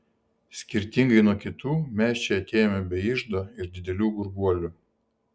skirtingai nuo kitų mes čia atėjome be iždo ir didelių gurguolių